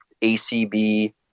ACB